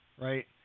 right